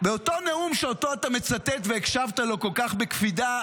באותו נאום שאותו אתה מצטט והקשבת לו כל כך בקפידה,